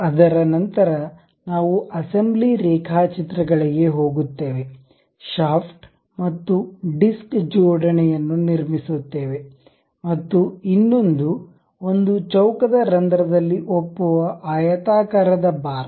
ಅದರ ನಂತರ ನಾವು ಅಸೆಂಬ್ಲಿ ರೇಖಾಚಿತ್ರಗಳಿಗೆ ಹೋಗುತ್ತೇವೆ ಶಾಫ್ಟ್ ಮತ್ತು ಡಿಸ್ಕ್ ಜೋಡಣೆ ಯನ್ನು ನಿರ್ಮಿಸುತ್ತೇವೆ ಮತ್ತು ಇನ್ನೊಂದು ಒಂದು ಚೌಕದ ರಂಧ್ರದಲ್ಲಿ ಒಪ್ಪುವ ಆಯತಾಕಾರದ ಬಾರ್